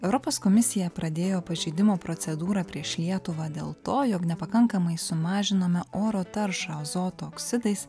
europos komisija pradėjo pažeidimo procedūrą prieš lietuvą dėl to jog nepakankamai sumažinome oro taršą azoto oksidais